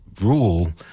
rule